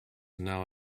now